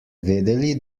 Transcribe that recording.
vedeli